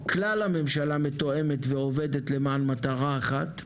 כלל הממשלה מתואמת ועובדת למען מטרה אחת,